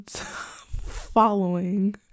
following